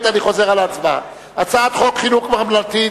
הצעת חוק חינוך ממלכתי